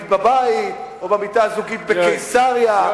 בבית או במיטה הזוגית בקיסריה או במיטה בכל מקום אחר,